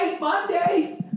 Monday